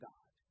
God